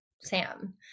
Sam